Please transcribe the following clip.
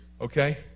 okay